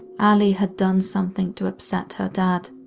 allie had done something to upset her dad,